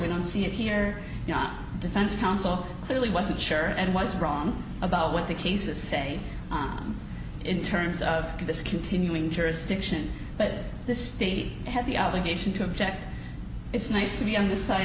we don't see it here defense counsel clearly wasn't sure and was wrong about what the case is say on in terms of this continuing jurisdiction but the state has the obligation to object it's nice to be on the side